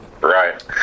Right